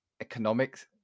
economics